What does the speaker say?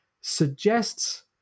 suggests